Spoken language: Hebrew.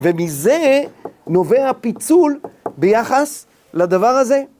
ומזה נובע פיצול ביחס לדבר הזה.